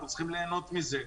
אנחנו צריכים ליהנות מזה.